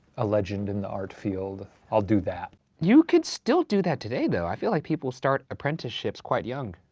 a legend in the art field, i'll do that. you could still do that today though, i feel like people start apprenticeships quite young.